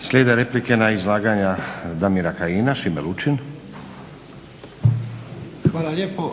Slijede replike na izlaganja Damira Kajina. Šime Lučin. **Lučin, Šime (SDP)** Hvala lijepo.